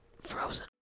Frozen